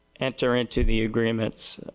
enter into the agreements,